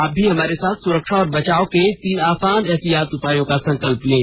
आप भी हमारे साथ सुरक्षा और बचाव के तीन आसान एहतियाती उपायों का संकल्प लें